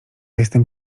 jestem